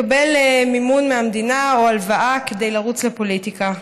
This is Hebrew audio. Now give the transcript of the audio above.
לקבל מימון מהמדינה או הלוואה כדי לרוץ לפוליטיקה.